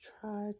try